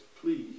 please